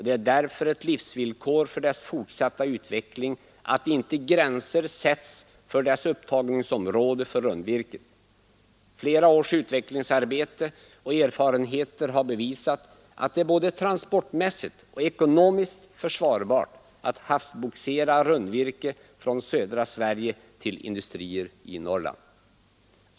Det är därför ett livsvillkor för dess fortsatta utveckling att inte gränser sätts för dess upptagningsområde för rundvirket. Flera års utvecklingsarbete och erfarenheter har bevisat att det är både transportmässigt och ekonomiskt försvarbart att havsbogsera rundvirke från södra Sverige till industrier i Norrland.